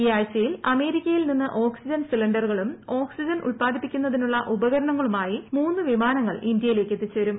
ഈ ആഴ്ചയിൽ അമേരിക്കയിൽ നിന്ന് ഓക്സിജൻ സിലിണ്ടറുകളും ഓക്സിജൻ ഉൽപ്പാദിപ്പിക്കുന്നതിനുള്ള ഉപകരണങ്ങളുമായി മൂന്ന് വിമാനങ്ങൾ ഇന്ത്യയിലേയ്ക്ക് എത്തിച്ചേരും